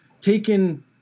taken